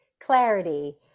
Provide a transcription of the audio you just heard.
clarity